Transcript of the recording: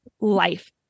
life